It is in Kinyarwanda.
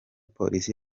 polisi